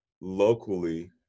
locally